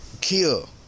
kill